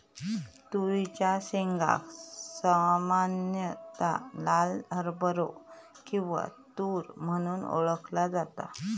तुरीच्या शेंगेक सामान्यता लाल हरभरो किंवा तुर म्हणून ओळखला जाता